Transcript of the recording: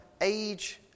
age